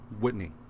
Whitney